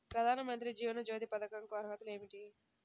ప్రధాన మంత్రి జీవన జ్యోతి పథకంకు అర్హతలు ఏమిటి?